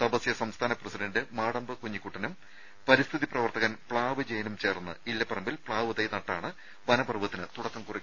തപസ്യ സംസ്ഥാന പ്രസിഡന്റ് മാടമ്പ് കുഞ്ഞിക്കുട്ടനും പരിസ്ഥിതി പ്രവർത്തകൻ പ്ലാവ് ജയനും ചേർന്ന് ഇല്ലപ്പറമ്പിൽ പ്ലാവ് തൈ നട്ടാണ് വനപർവ്വത്തിന് തുടക്കം കുറിക്കുന്നത്